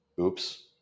oops